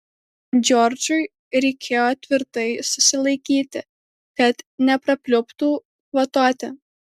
džordžui reikėjo tvirtai susilaikyti kad neprapliuptų kvatoti